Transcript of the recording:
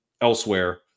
elsewhere